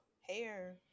hair